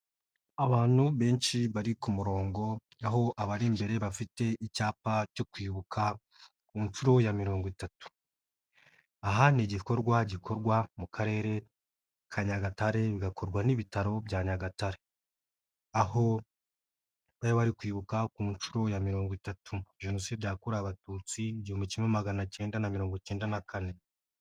Abantu benshi bari ku murongo, aho abari imbere bafite icyapa cyo kwibuka ku nshuro ya mirongo itatu, aha ni igikorwa gikorwa mu Karere ka Nyagatare, bigakorwa n'ibitaro bya Nyagatare, aho bari bari kwibuka ku nshuro ya mirongo itatu jenoside yakorewe Abatutsi igihumbi kimwe magana cyenda na mirongo icyenda na kane.